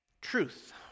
Truth